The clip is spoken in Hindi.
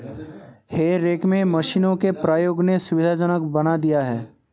हे रेक में मशीनों के प्रयोग ने सुविधाजनक बना दिया है